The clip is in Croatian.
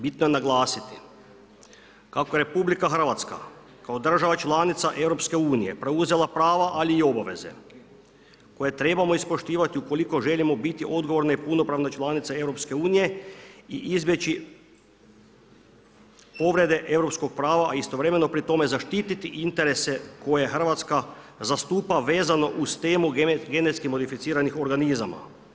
Bitno je naglasiti kako je RH kao država članica EU preuzela prava, ali i obaveze koje trebamo ispoštivati ukoliko želimo biti odgovorna i punopravna članica EU i izbjeći povrede europskog prava, a istovremeno pri tome zaštititi interese koje Hrvatska zastupa vezano uz temu genetski modificiranih organizama.